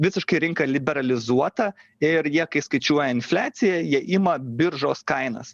visiškai rinka liberalizuota ir jie kai skaičiuoja infliaciją jie ima biržos kainas